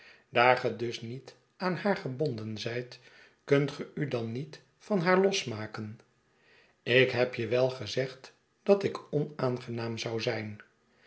ge dus niet aan haar gebonden ziit kunt ge u dan niet van haar losmaken ik heb je wel gezegd dat ik onaangenaam zou zijn